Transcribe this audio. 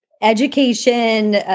education